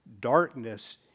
darkness